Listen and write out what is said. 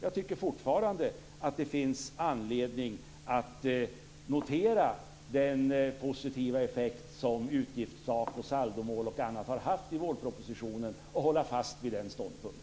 Jag tycker fortfarande att det finns anledning att notera den positiva effekt som bl.a. utgiftstak och saldomål har haft i vårpropositionen och hålla fast vid det.